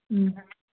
ꯎꯝ